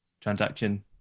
transaction